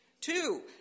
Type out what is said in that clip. Two